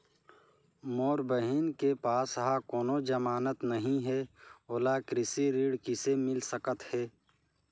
मोर बहिन के पास ह कोनो जमानत नहीं हे, ओला कृषि ऋण किसे मिल सकत हे?